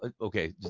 Okay